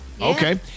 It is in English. Okay